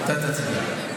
אתה תצביע.